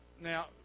now